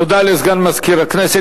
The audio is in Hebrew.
תודה לסגן מזכירת הכנסת.